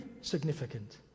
significant